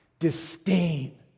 disdain